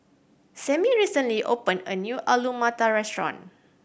Samie recently opened a new Alu Matar Restaurant